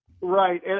Right